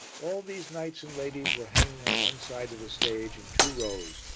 all these knights and ladies were hanging on one side of the stage in two rows,